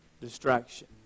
Distraction